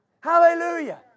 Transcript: Hallelujah